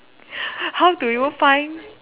how do you find